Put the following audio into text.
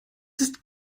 ist